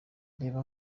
reba